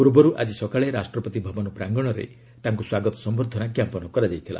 ପୂର୍ବରୁ ଆଜି ସକାଳେ ରାଷ୍ଟ୍ରପତି ଭବନ ପ୍ରାଙ୍ଗଣରେ ତାଙ୍କୁ ସ୍ୱାଗତ ସମ୍ବର୍ଦ୍ଧନା ଜ୍ଞାପନ କରାଯାଇଥିଲା